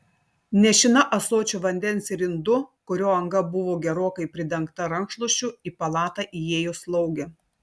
nešina ąsočiu vandens ir indu kurio anga buvo gerokai pridengta rankšluosčiu į palatą įėjo slaugė